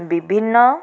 ବିଭିନ୍ନ